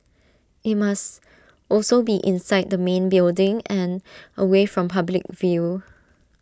IT must also be inside the main building and away from public view